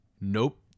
Nope